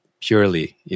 purely